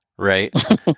Right